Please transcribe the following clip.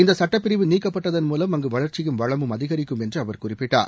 இந்தசட்டப்பிரிவு நீக்கப்பட்டதன் மூலம் அங்கு வளர்ச்சியும் வளமும் அதிகரிக்கும் என்று அவர் குறிப்பிட்டார்